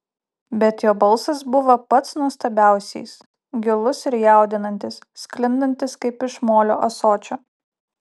bet jo balsas buvo pats nuostabiausiais gilus ir jaudinantis sklindantis kaip iš molio ąsočio